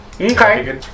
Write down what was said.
Okay